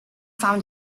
found